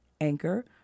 anchor